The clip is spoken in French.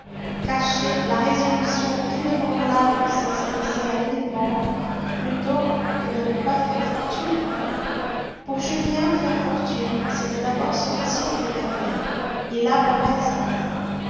cachait la ré solution inébranlable de s'exposer à mille morts plutôt que de ne pas faire fortune pour julien faire fortune c'était d'abord sortir de verrières il abhorrait sa patrie